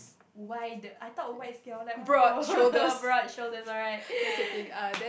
why the I thought whites cannot like !woah! broad shoulders alright